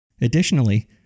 Additionally